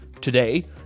today